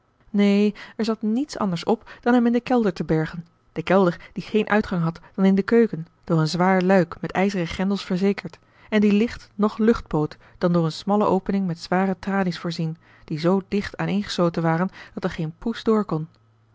neen er zat niets anders op dan hem in den kelder te bergen den kelder die geen uitgang had dan in de keuken door een zwaar luik met ijzeren grendels verzekerd en die licht noch lucht bood dan door eene smalle opening met zware tralies voorzien die zoo dicht aaneengesloten waren dat er geen poes door kon